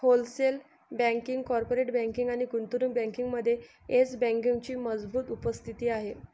wholesale banking, corporate banking आणि गुंतवणूक बँकिंगमध्ये येस बँकेची मजबूत उपस्थिती आहे